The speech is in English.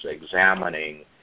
examining